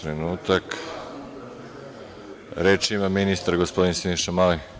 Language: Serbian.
Reč ima ministar, gospodin Siniša Mali.